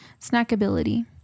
snackability